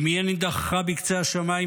אם יהיה נידחך בקצה השמים,